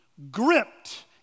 gripped